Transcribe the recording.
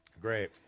Great